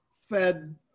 Fed